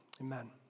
Amen